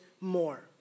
more